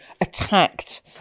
attacked